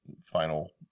final